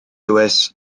lewis